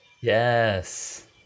Yes